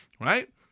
right